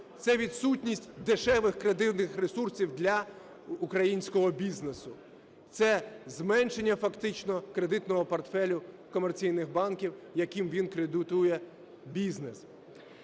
це відсутність дешевих кредитних ресурсів для українського бізнесу, це зменшення фактично кредитного портфеля комерційних банків, яким він кредитує бізнес.